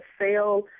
sale